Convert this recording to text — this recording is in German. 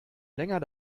länger